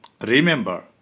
Remember